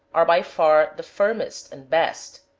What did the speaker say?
are by far the firmest and best.